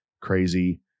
crazy